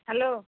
hello